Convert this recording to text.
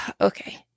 okay